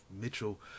Mitchell